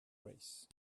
race